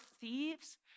thieves